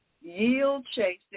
Yield-chasing